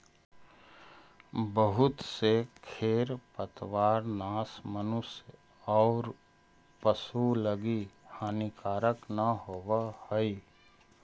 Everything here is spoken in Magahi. बहुत से खेर पतवारनाश मनुष्य औउर पशु लगी हानिकारक न होवऽ हई